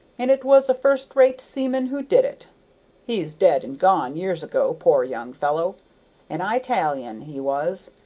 and it was a first-rate seaman who did it he's dead and gone years ago, poor young fellow an i-talian he was,